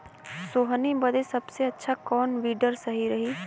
सोहनी बदे सबसे अच्छा कौन वीडर सही रही?